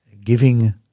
giving